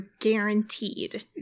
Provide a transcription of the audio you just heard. guaranteed